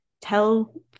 tell